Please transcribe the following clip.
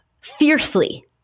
fiercely